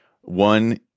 One